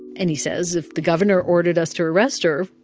and he says, if the governor ordered us to arrest her,